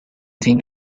think